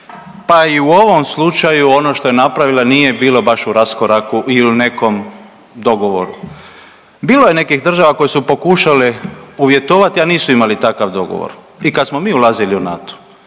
pa i u ovom slučaju ono što je napravila nije bilo baš u raskoraku ili u nekom dogovoru. Bilo je nekih država koje su pokušale uvjetovati, a nisu imali takav dogovor i kad smo mi ulazili u NATO.